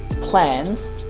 plans